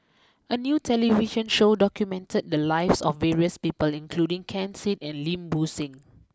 a new television show documented the lives of various people including Ken Seet and Lim Bo Seng